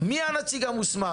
מי הנציג המוסמך?